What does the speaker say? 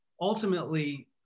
ultimately